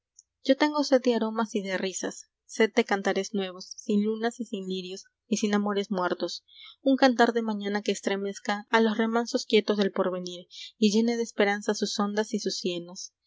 yo tengo sed de aromas y de risas sed de cantares nuevos sin lunas y sin lirios y sin amores muertos un cantar de mañana que estremezca a los remansos quietos del porvenir y llene de esperanza sus ondas y sus cienos